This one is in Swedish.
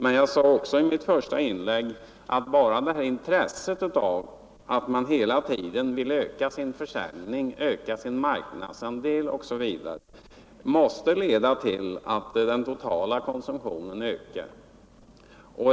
Men jag sade också att bara det förhållandet att man hela tiden vill öka sin försäljning, vidga sin marknadsandel osv. måste leda till att den totala konsumtionen stiger.